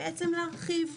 להרחיב.